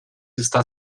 está